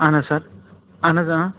اَہَن حظ سَر اَہَن حظ اۭں